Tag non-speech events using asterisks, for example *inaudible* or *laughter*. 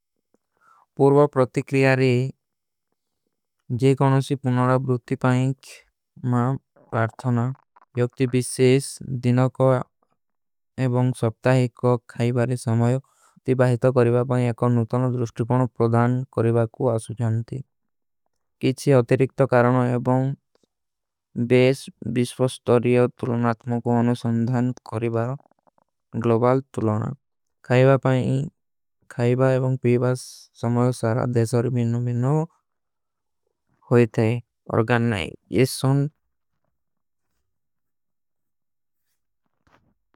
ପୁର୍ଵା ପ୍ରତିକ୍ରିଯାରେ ଜେକ ଅନୁଶୀ ପୁନାରା ବ୍ରୁତ୍ତି ପାଇଂଗ। *hesitation* ମା ପାର୍ଥନା ଯୋଗ୍ତି ବିଶେଶ ଦିନା କୋ ଏବଂଗ ସଫ୍ତା ହୀ କୋ ଖାଈବାରେ। ସମଯୋ ତି ବାହିତ କରିଵା ପାଇଂଗ ଏକ ନୁତନ ଦ୍ରୁଷ୍ଟିପନ ପ୍ରଦାନ କରିଵା। କୁ ଆସୁଜାନତି କିଛୀ ଅତିରିକ୍ତ କାରଣ ଏବଂଗ ବେଶ ଵିଶ୍ଵସ୍ଥୋରିଯୋ। ତୁଲଣାତ୍ମୋ କୋ ଅନୁସଂଧାନ କରିଵାର ଗଲୋବାଲ ତୁଲଣାଗ ଖାଈବା। ପାଇଂଗ *hesitation* ଖାଈବା ଏବଂଗ ପୀଵାସ ସମଯୋ ସାରା। ଦେଶାରୀ ବୀନୋ ବୀନୋ ହୋଈ ଥାଈ ଅର୍ଗାନ ନାଈ।